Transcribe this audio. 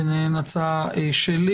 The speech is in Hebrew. ביניהן הצעה שלי.